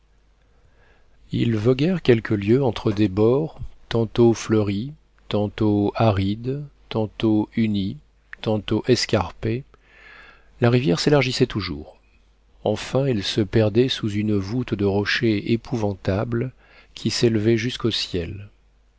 ils voguèrent quelques lieues entre des bords tantôt fleuris tantôt arides tantôt unis tantôt escarpés la rivière s'élargissait toujours enfin elle se perdait sous une voûte de rochers épouvantables qui s'élevaient jusqu'au ciel